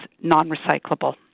non-recyclable